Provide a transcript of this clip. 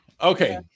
Okay